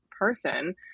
person